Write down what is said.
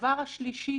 הדבר השלישי